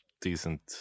decent